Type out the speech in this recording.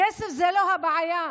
הכסף זה לא הבעיה,